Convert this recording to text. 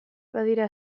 badira